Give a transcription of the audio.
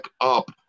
up